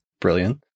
Brilliant